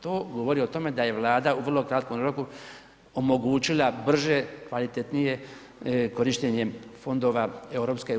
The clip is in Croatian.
To govori o tome da je Vlada u vrlo kratkom roku omogućila brže, kvalitetnije korištenje fondova EU.